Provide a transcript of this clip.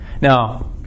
Now